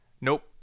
Nope